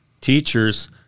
teachers